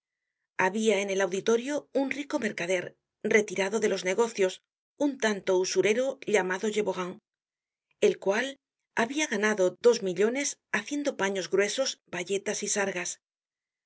habia en el auditorio un rico mercader retirado de los negocios un tanto usurero llamado geborand el cual habia ganado dos millones haciendo paños gruesos bayetas y sargas